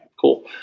Cool